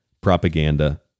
propaganda